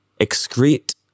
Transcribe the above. excrete